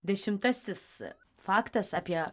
dešimtasis faktas apie